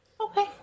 Okay